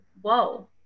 Whoa